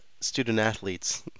student-athletes